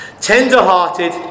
Tender-hearted